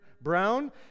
brown